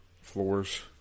floors